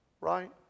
Right